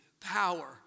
power